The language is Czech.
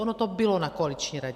Ono to bylo na koaliční radě.